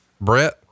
Brett